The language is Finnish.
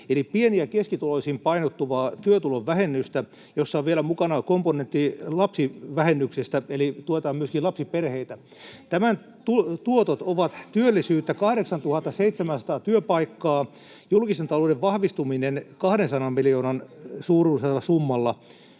eli pieni- ja keskituloisiin painottuvaa työtulovähennystä, jossa on vielä mukana komponentti lapsivähennyksistä, eli tuetaan myöskin lapsiperheitä. [Perussuomalaisten ryhmästä: Eikö keskustalle kelpaa?] Tämän tuotot ovat työllisyydessä 8 700 työpaikkaa, julkisen talouden vahvistuminen 200 miljoonan suuruisella summalla,